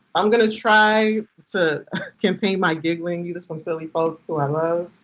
i'm gonna try to contain my giggling. these are some silly folks, who i love.